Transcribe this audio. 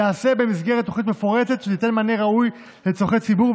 ייעשה במסגרת תוכנית מפורטת שתיתן מענה ראוי לצורכי ציבור,